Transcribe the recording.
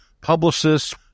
publicists